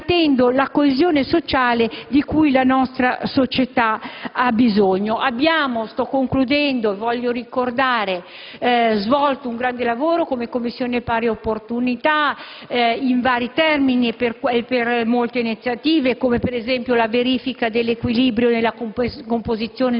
garantendo la coesione sociale di cui la nostra società ha bisogno. Voglio ricordare che abbiamo svolto un grande lavoro come Commissione pari opportunità in vari termini e per molte iniziative, come per esempio la verifica dell'equilibrio nella composizione